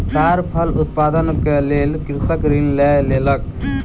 ताड़ फल उत्पादनक लेल कृषक ऋण लय लेलक